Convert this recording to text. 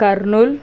Kurnool